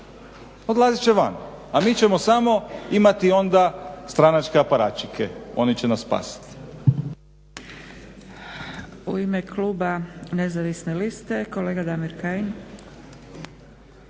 Odlazit će van, a mi ćemo samo imati onda stranačke aparatčeke, oni će nas spasiti.